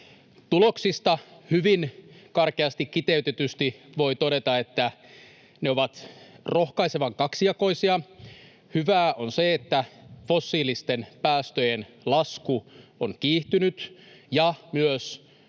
Tuloksista hyvin karkeasti kiteytetysti voi todeta, että ne ovat rohkaisevan kaksijakoisia. Hyvää on se, että fossiilisten päästöjen lasku on kiihtynyt ja myös